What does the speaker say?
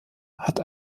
hatte